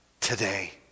today